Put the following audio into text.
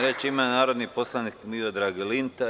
Reč ima narodni poslanik Miodrag Linta.